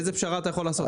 איזה פשרה אתה יכול לעשות.